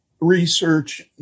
research